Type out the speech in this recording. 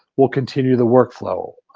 we'll continue the workflow.